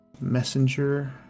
Messenger